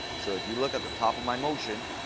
so if you look at the top of my motion,